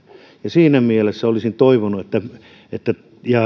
siinä mielessä olisin lisäystä toivonut ja